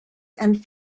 and